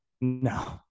no